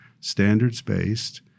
standards-based